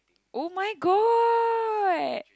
oh-my-god